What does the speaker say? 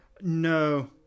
No